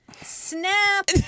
Snap